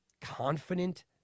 confident